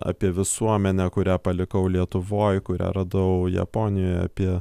apie visuomenę kurią palikau lietuvoj kurią radau japonijoj apie